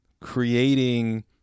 creating